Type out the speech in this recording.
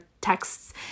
texts